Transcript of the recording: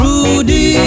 Rudy